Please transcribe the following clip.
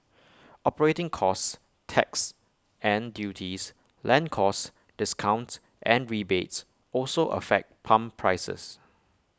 operating costs taxes and duties land costs discounts and rebates also affect pump prices